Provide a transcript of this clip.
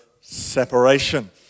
separation